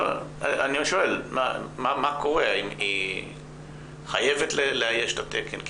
שואל מה קורה, כי היא חייבת לאייש את התקן.